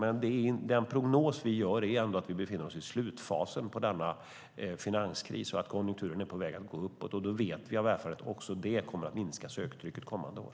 Men den prognos vi gör är ändå att vi befinner oss i slutfasen av denna finanskris och att konjunkturen är på väg att gå uppåt. Då vet vi av erfarenhet att också det kommer att minska söktrycket kommande år.